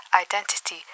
identity